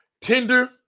Tinder